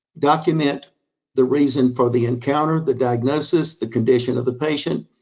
document the reason for the encounter, the diagnosis, the condition of the patient.